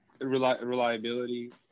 reliability